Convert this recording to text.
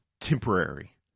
temporary